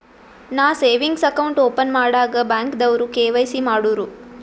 ನಾ savings account open ಮಾಡಾಗ್ ಬ್ಯಾಂಕ್ದವ್ರು ಕೆ.ವೈ.ಸಿ ಮಾಡೂರು